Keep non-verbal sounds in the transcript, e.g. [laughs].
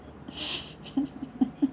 [laughs]